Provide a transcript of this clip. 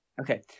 Okay